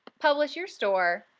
publish your store,